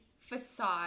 facade